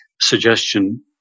suggestion